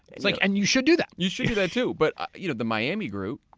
like and you should do that. you should do that too. but you know the miami group,